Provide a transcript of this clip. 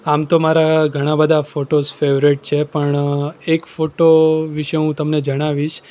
આમ તો મારા ઘણા બધા ફોટોઝ ફેવરિટ છે પણ એક ફોટો વિશે હું તમને જણાવીશ